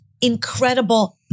incredible